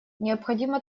необходимо